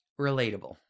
Relatable